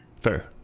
Fair